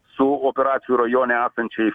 su operacijų rajone esančiais